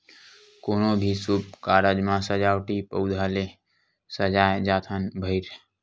कोनो भी सुभ कारज म सजावटी पउधा ले सजाए जाथन भइर